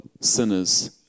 sinners